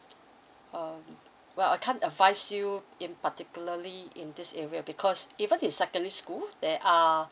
um well I can't advise you in particularly in this area because even is secondary school there are